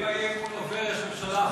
אם האי-אמון עובר, יש ממשלה אחרת.